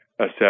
assess